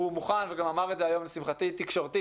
הוא מוכן וגם אמר את זה היום לשמחתי תקשורתית,